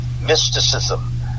mysticism